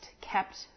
kept